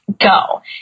go